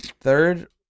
Third